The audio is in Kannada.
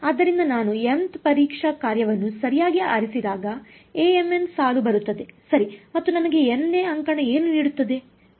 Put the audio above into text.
ಆದ್ದರಿಂದ ನಾನು mth ಪರೀಕ್ಷಾ ಕಾರ್ಯವನ್ನು ಸರಿಯಾಗಿ ಆರಿಸಿದಾಗ Amn ಸಾಲು ಬರುತ್ತದೆ ಸರಿ ಮತ್ತು ನನಗೆ n ನೇ ಅಂಕಣ ಏನು ನೀಡುತ್ತದೆ